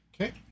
Okay